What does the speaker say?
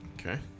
Okay